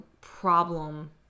problem